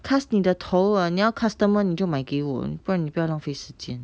cust~ 你的头啊你要 customer 你就买给我不然你不要浪费时间